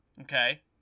Okay